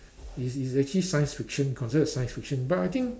is is actually science fiction considered a science friction but I think